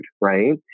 right